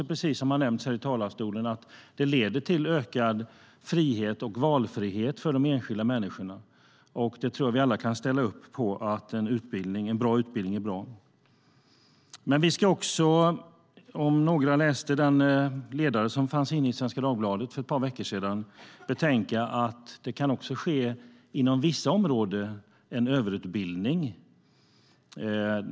Precis som har nämnts i talarstolen tror vi att utbildning leder till ökad frihet och valfrihet för de enskilda människorna. Vi kan alla ställa upp på att det är bra med utbildning. Vi ska också - om någon läste ledaren i Svenska Dagbladet för ett par veckor sedan - betänka att det inom vissa områden kan ske en överutbildning.